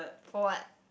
for what